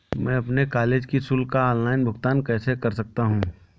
मैं अपने कॉलेज की शुल्क का ऑनलाइन भुगतान कैसे कर सकता हूँ?